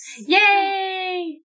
Yay